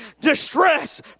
distress